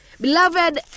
Beloved